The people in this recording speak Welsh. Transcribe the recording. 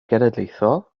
genedlaethol